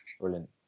Brilliant